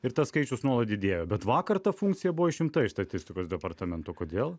ir tas skaičius nuolat didėjo bet vakar ta funkcija buvo išimta iš statistikos departamento kodėl